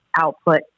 output